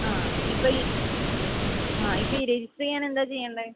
ആ ഇപ്പോൾ ഈ ആ ഇപ്പോൾ ഈ രജിസ്റ്ററ് ചെയ്യാൻ എന്താ ചെയ്യേണ്ടത്